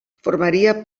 formaria